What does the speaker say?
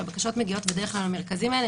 בדרך כלל מהמרכזים האלה,